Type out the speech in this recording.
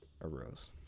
arose